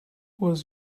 was